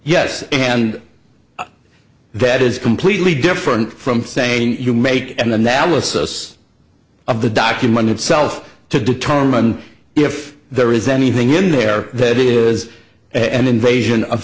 yes and that is completely different from saying you make an analysis of the document itself to determine if there is anything in there that is an invasion of